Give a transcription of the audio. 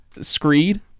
screed